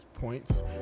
points